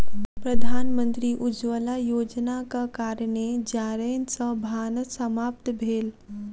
प्रधानमंत्री उज्ज्वला योजनाक कारणेँ जारैन सॅ भानस समाप्त भेल